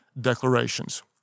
declarations